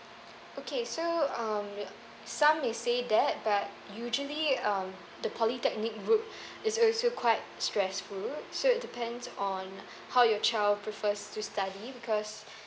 okay so um some is say that but usually um the polytechnic route is also quite stressful so it depends on how your child prefers to study because